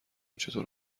چطور